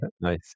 Nice